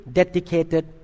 dedicated